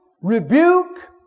rebuke